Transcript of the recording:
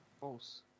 False